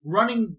Running